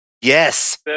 Yes